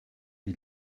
wie